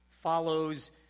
follows